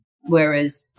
Whereas